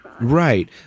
Right